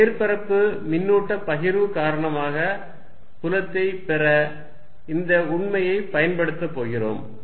இப்போது மேற்பரப்பு மின்னூட்ட பகிர்வு காரணமாக புலத்தைப் பெற இந்த உண்மையைப் பயன்படுத்தப் போகிறோம்